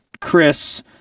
Chris